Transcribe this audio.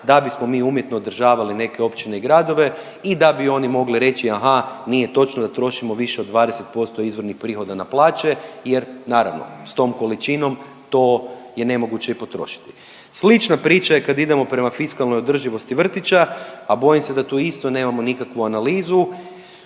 da bismo mi umjetno održavali neke općine i gradove i da bi oni mogli reći aha, nije točno da trošimo više od 20% izvornih prihoda na plaće, jer naravno s tom količinom to je nemoguće i potrošiti. Slična priča je kad idemo prema fiskalnoj održivosti vrtića, a bojim se da tu isto nemamo nikakvu analizu,